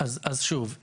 אז שוב,